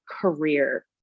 career